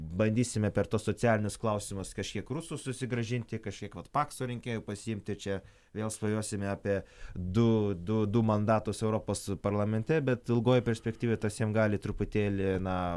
bandysime per tuos socialinius klausimus kažkiek rusų susigrąžinti kažkiek vat pakso rinkėjų pasiimt tai čia vėl svajosime apie du du du mandatus europos parlamente bet ilgoj perspektyvoj tas jiem gali truputėlį na